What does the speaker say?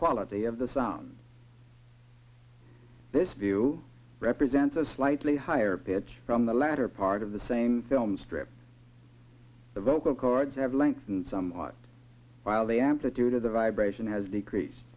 quality of the sound this view represents a slightly higher pitch from the latter part of the same filmstrip the vocal chords have lengthened somewhat while the amplitude of the vibration has decrease